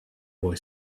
boy